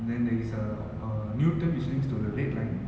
then there is a uh newton which links to the red line